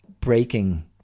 breaking